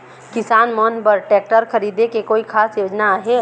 किसान मन बर ट्रैक्टर खरीदे के कोई खास योजना आहे?